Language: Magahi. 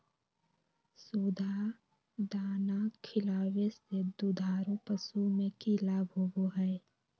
सुधा दाना खिलावे से दुधारू पशु में कि लाभ होबो हय?